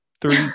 three